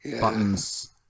buttons